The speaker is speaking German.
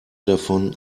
davon